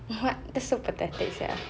what that's so sympathetic sia